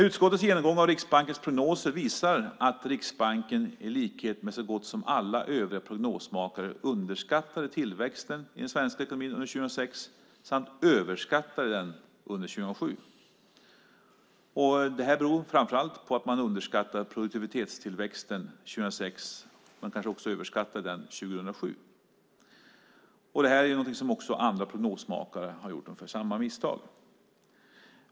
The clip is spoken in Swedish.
Utskottets genomgång av Riksbankens prognoser visar att Riksbanken i likhet med så gott som alla övriga prognosmakare underskattade tillväxten i den svenska ekonomin under 2006 och överskattade den under 2007. Det beror framför allt på att man underskattade produktivitetstillväxten 2006 och kanske överskattade den 2007. Det här är någonting där andra prognosmakare har gjort ungefär samma misstag.